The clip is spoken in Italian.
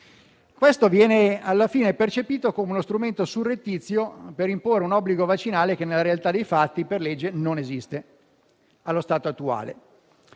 questo viene percepito alla fine come uno strumento surrettizio per imporre un obbligo vaccinale che, nella realtà dei fatti, per legge non esiste allo stato attuale.